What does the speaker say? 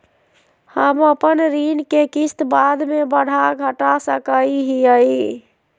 हम अपन ऋण के किस्त बाद में बढ़ा घटा सकई हियइ?